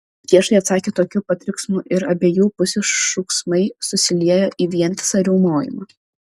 priešai atsakė tokiu pat riksmu ir abiejų pusių šūksmai susiliejo į vientisą riaumojimą